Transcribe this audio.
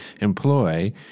employ